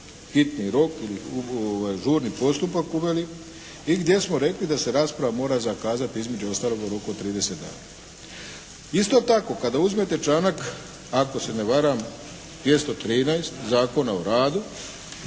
hitni rok ili žurni postupak uveli. I gdje smo rekli da se rasprava mora zakazati između ostaloga u roku od 30 dana. Isto tako kada uzmete članak ako se ne varam 213. Zakona o radu,